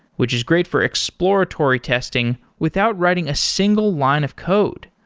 which is great for exploratory testing without writing a single line of code.